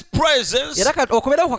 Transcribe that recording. presence